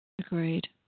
Agreed